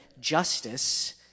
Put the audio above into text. justice